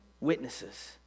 Witnesses